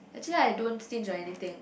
actually I don't stinge on anything